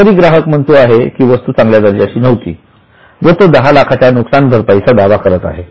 तरी ग्राहक म्हणतो आहे की वस्तू चांगल्या दर्जाची नव्हती व तो दहा लाखाच्या नुकसान भरपाईचा दावा करत आहे